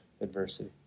adversity